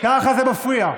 ככה זה מפריע.